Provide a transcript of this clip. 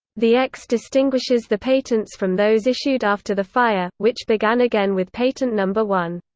the x distinguishes the patents from those issued after the fire, which began again with patent number one.